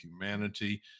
humanity